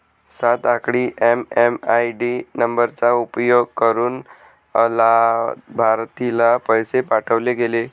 सात आकडी एम.एम.आय.डी नंबरचा उपयोग करुन अलाभार्थीला पैसे पाठवले गेले